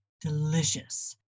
delicious